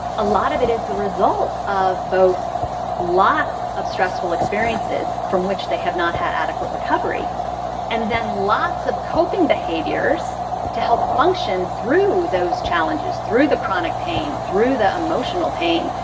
a lot of it is the result of both lots of stressful experiences from which they have not had adequate recovery and then lots of coping behaviors to help function through those challenges, through the chronic pain, through the emotional pain.